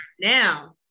now